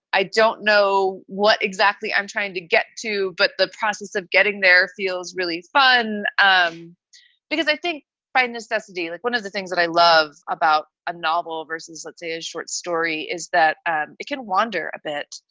i don't know what exactly i'm trying to get to. but the process of getting there feels really fun. um because i think by necessity, like one of the things that i love about a novel versus let's say a short story is that and it can wander a bit.